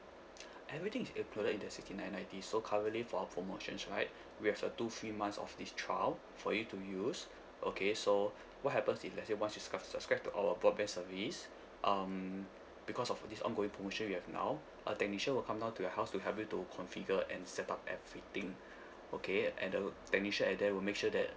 everything is included in the sixty nine ninety so currently for our promotions right we have a two free months of this trial for you to use okay so what happens if let's say once you sub~ subscribe to our broadband service um because of this ongoing promotion we have now a technician will come down to your house to help you to configure and set up everything okay and the technician at there will make sure that